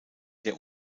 der